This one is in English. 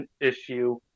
issue